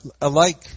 alike